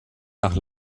nach